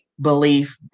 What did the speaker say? belief